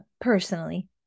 personally